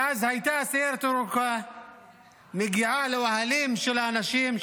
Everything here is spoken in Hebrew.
ואז הייתה הסיירת הירוקה מגיעה לאוהלים של האנשים,